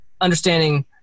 understanding